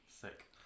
sick